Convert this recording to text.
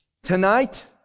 tonight